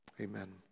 Amen